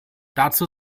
dazu